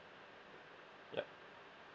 yup